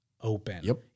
open